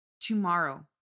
tomorrow